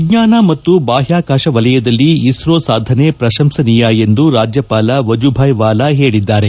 ವಿಜ್ಞಾನ ಮತ್ತು ಬಾಹ್ನಾಕಾಶ ವಲಯದಲ್ಲಿ ಇಸ್ತೋ ಸಾಧನೆ ಪ್ರಶಂಸನೀಯ ಎಂದು ರಾಜ್ಯಪಾಲ ವಜೂಭಾಯಿ ವಾಲಾ ಹೇಳಿದ್ದಾರೆ